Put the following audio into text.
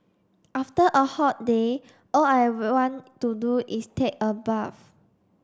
after a hot day all I want to do is take a bath